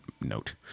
note